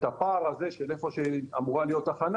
את הפער הזה של איפה שאמורה להיות תחנה